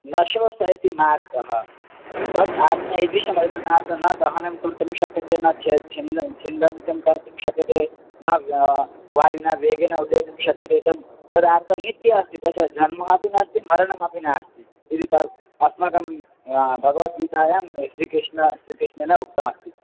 न शोषयति मारुतः तत् आत्मा इति समर्थः दातुं न दहनं कर्तुं शक्यते न छिनत्ति छिनत्ति छिन्दन्ति कर्तुं शक्यते न वा वायुना वेगेन उड्डयितुं शक्यते इदं तदा तदाश्रित्य अस्ति तस्य जन्म अपि नास्ति मरणमपि नास्ति इति तम् अस्माकं भगवद्गीतायां श्रीकृष्णेन श्रीकृष्णेन उक्तमास्ति